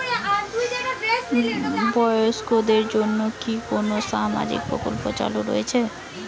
বয়স্কদের জন্য কি কোন সামাজিক প্রকল্প চালু রয়েছে?